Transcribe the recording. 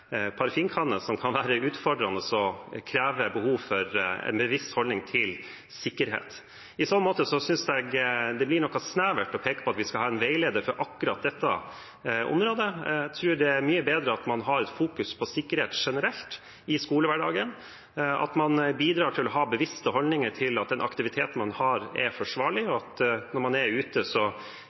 som kan være utfordrende og kreve behov for en bevisst holdning til sikkerhet. Jeg synes det blir noe snevert å peke på at vi skal ha en veileder på akkurat dette området. Jeg tror det er mye bedre at man fokuserer på sikkerhet generelt i skolehverdagen, at man bidrar til å ha en bevisst holdning til at den aktiviteten man har, er forsvarlig, og at når man er ute, gjør man nødvendige tiltak. I så